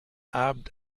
abend